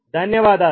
ధన్యవాదాలు